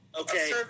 Okay